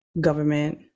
government